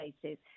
places